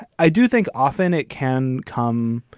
i do think often it can come